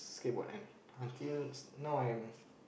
skateboard and until now I'm